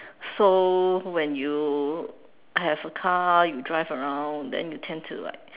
so when you have a car you drive around then you tend to like